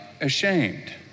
ashamed